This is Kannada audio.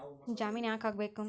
ಜಾಮಿನ್ ಯಾಕ್ ಆಗ್ಬೇಕು?